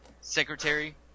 Secretary